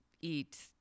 eat